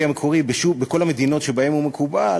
בכל המדינות שבהן הוא מקובל,